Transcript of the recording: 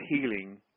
healing